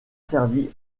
servi